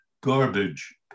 garbage